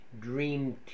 dream